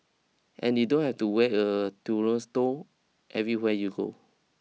and you don't have to wear a everywhere you go